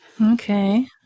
okay